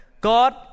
God